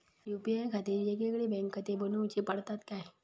UPI खातीर येगयेगळे बँकखाते बनऊची पडतात काय?